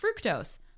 fructose